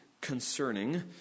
concerning